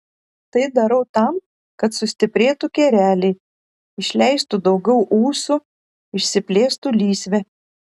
tai darau tam kad sustiprėtų kereliai išleistų daugiau ūsų išsiplėstų lysvė